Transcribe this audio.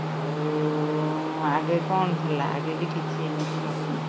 ଆଉ ଆଗେ କ'ଣ ଥିଲା ଆଗେ ବି କିଛି ଏମିତି ନଥିଲା